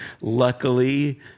luckily